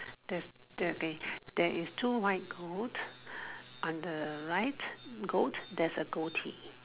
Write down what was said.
there's there they there is two right goat on the right goat there's a goatee